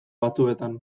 batzuetan